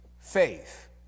faith